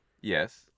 Yes